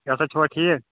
کیاہ سا چھِوا ٹھیٖک